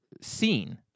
seen